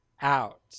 out